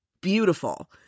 beautiful